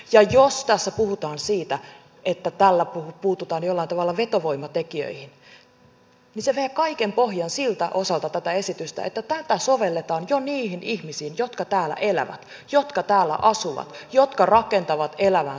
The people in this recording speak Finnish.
ja jos tässä puhutaan siitä että tällä puututaan jollain tavalla vetovoimatekijöihin niin se vie kaiken pohjan siltä osalta tätä esitystä että tätä sovelletaan jo niihin ihmisiin jotka täällä elävät jotka täällä asuvat jotka rakentavat elämäänsä suomessa